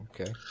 Okay